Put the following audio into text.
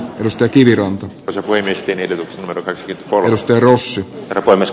risto kiviranta osa poimittiin ehdotuksen värväys kolmas perussyy voi myös